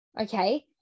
Okay